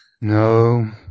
No